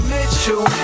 Mitchell